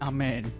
Amen